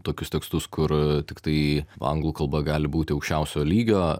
tokius tekstus kur tiktai anglų kalba gali būti aukščiausio lygio